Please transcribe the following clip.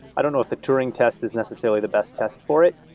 i don't know if the turing test is necessarily the best test for it,